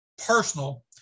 personal